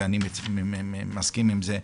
ואני מסכים עם זה,